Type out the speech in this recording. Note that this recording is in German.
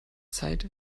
zeit